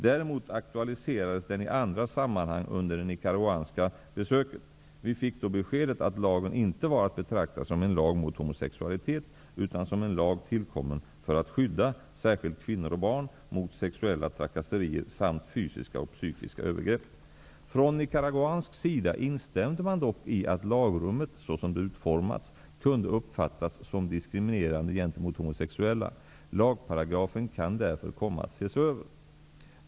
Däremot aktualiserades den i andra sammanhang under vårt besök i Nicaragua. Vi fick då beskedet att lagen inte var att betrakta som en lag mot homosexualitet, utan som en lag tillkommen för att skydda, särskilt kvinnor och barn, mot sexuella trakasserier samt fysiska och psykiska övergrepp. Från nicaraguansk sida instämde man dock i att lagrummet, såsom det utformats, kunde uppfattas som diskriminerande gentemot homosexuella. Lagparagrafen kan därför komma att ses över.